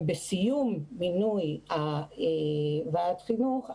ובסיום מינוי ועדת חינוך,